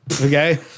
Okay